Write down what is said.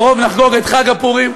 ובקרוב נחגוג את חג הפורים,